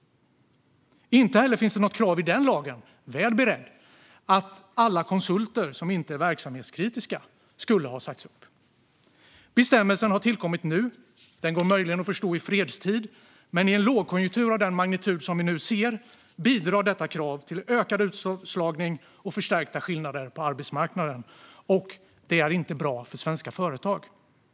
Inte heller finns det något krav i den lagen - väl beredd - om att alla konsulter som inte är verksamhetskritiska ska sägas upp. Bestämmelsen har tillkommit nu, och den går möjligen att förstå i fredstid, men i en lågkonjunktur av den magnitud vi nu ser bidrar detta krav till ökad utslagning och förstärkta skillnader på arbetsmarknaden, och det är inte bra för svenska företag.